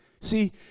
see